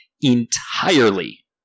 entirely